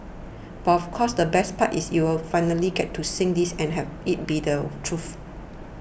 but of course the best part is you'll finally get to sing this and have it be the truth